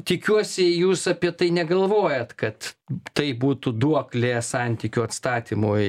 tikiuosi jūs apie tai negalvojat kad tai būtų duoklė santykių atstatymui